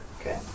Okay